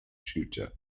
tutor